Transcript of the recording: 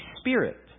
Spirit